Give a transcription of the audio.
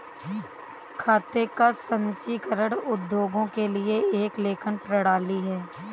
खाते का संचीकरण उद्योगों के लिए एक लेखन प्रणाली है